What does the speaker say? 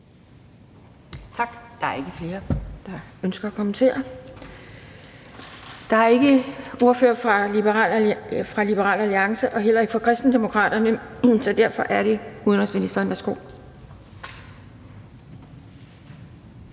Tak. Der er ikke flere, der ønsker at kommentere. Der er ikke nogen ordfører til stede fra Liberal Alliance og heller ikke fra Kristendemokraterne, så derfor er det udenrigsministeren. Værsgo.